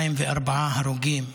204 הרוגים.